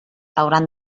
hauran